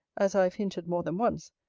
as i have hinted more than once,